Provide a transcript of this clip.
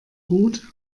gut